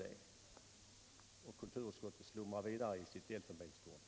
Men kulturutskottet slumrar bara vidare i sitt elfonbenstorn.